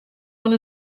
oan